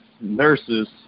nurses